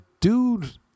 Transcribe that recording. dude